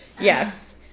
Yes